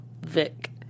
Vic